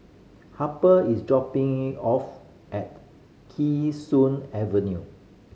Harper is dropping off at Kee Sun Avenue